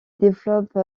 développe